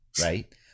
right